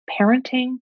parenting